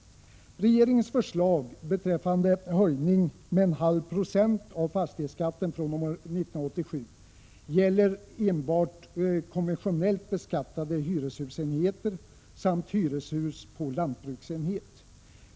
Regeringens förslag beträffande höjning med en halv procent av fastighetsskatten fr.o.m. år 1987 gäller endast konventionellt beskattade hyreshusenheter samt hyreshus på lantbruksenhet.